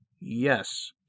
Yes